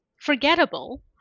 forgettable